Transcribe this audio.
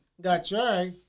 Gotcha